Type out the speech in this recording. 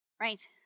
Right